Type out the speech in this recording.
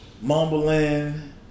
mumbling